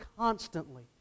constantly